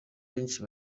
benshi